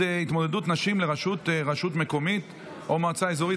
התמודדות נשים לרשות מקומית או מועצה אזורית),